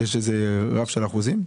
יש איזה רף של אחוזים?